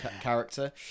character